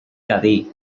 cadí